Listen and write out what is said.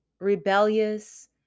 rebellious